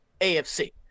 AFC